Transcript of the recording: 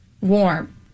warm